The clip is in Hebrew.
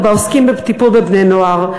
ובעוסקים בטיפול בבני-נוער.